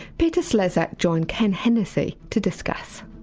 peter slezak joined ken hannacy to discuss.